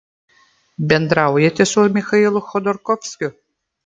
bendraujate su michailu chodorkovskiu